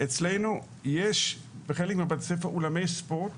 אצלנו יש בחלק מבתי הספר אולמות ספורט,